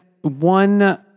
One